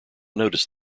noticed